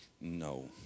No